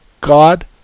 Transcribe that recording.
God